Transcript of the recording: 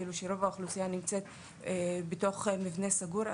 רוב האוכלוסייה נמצאת במבנה סגור.